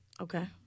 Okay